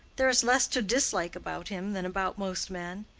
there is less to dislike about him than about most men.